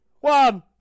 One